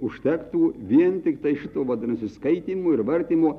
užtektų vien tiktai šito vadinasi skaitymo ir vartymo